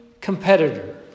competitor